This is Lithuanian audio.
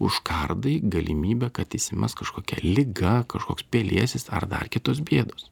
užkardai galimybę kad įsimes kažkokia liga kažkoks pelėsis ar dar kitos bėdos